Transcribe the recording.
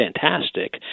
fantastic